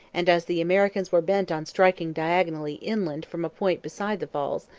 and as the americans were bent on striking diagonally inland from a point beside the falls,